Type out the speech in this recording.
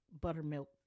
buttermilk